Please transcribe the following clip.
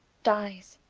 dyes.